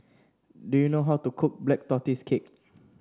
do you know how to cook Black Tortoise Cake